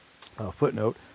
Footnote